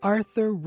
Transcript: Arthur